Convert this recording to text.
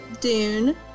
Dune